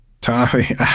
Tommy